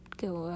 kiểu